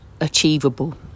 achievable